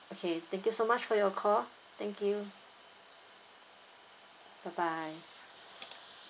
okay thank you so much for your call thank you bye bye